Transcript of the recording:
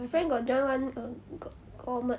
my friend got join [one] err gour~ gourmet